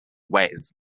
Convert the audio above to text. ways